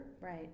Right